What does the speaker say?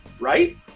right